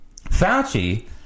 Fauci